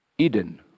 Eden